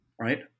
right